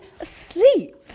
asleep